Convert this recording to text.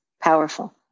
powerful